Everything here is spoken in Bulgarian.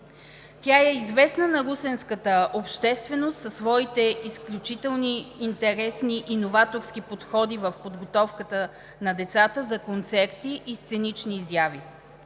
Тя е известна на русенската общественост със своите изключително интересни и новаторски подходи в подготовката на децата за концерти и сценични изяви.